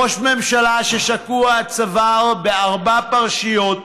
ראש ממשלה ששקוע עד צוואר בארבע פרשיות,